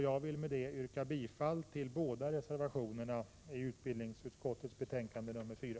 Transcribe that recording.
Jag vill med detta yrka bifall till de båda reservationerna i utbildningsutskottets betänkande 4.